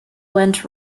went